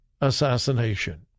assassination